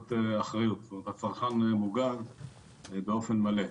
תחת אחריות, זאת אומרת הצרכן מוגן באופן מלא.